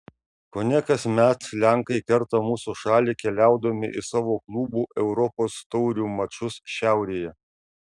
kone kasmet lenkai kerta mūsų šalį keliaudami į savo klubų europos taurių mačus šiaurėje